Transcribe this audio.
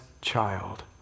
child